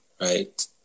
right